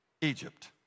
Egypt